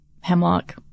hemlock